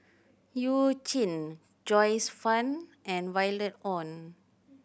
You Jin Joyce Fan and Violet Oon